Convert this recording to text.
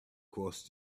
cross